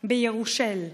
בירושָל אחת,